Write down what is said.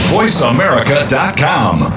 VoiceAmerica.com